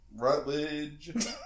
Rutledge